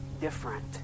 different